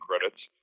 credits